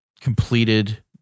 completed